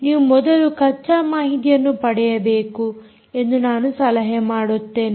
ನೀವು ಮೊದಲು ಕಚ್ಚಾ ಮಾಹಿತಿಯನ್ನು ಪಡೆಯಬೇಕು ಎಂದು ನಾನು ಸಲಹೆ ನೀಡುತ್ತೇನೆ